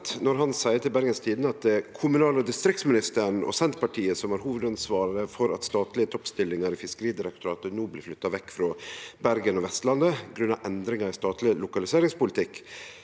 når han seier til Bergens Tidende at det er kommunal- og distriktsministeren og Senterpartiet som har hovudansvaret for at statlege toppstillingar i Fiskeridirektoratet no blir flytta vekk frå Bergen og Vestlandet grunna endringar i statleg lokaliseringspolitikk,